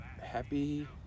happy